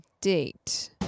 date